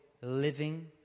living